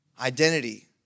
Identity